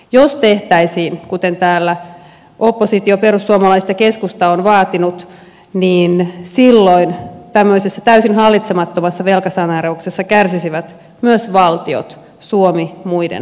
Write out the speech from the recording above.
jos tehtäisiin kuten täällä oppositio perussuomalaiset ja keskusta on vaatinut niin silloin tämmöisessä täysin hallitsemattomassa velkasaneerauksessa kärsisivät myös valtiot suomi muiden mukana